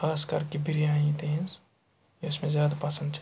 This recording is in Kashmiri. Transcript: خاص کَر کہِ بِریانی تِہِنٛز یۄس مےٚ زیادٕ پَسنٛد چھِ